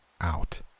out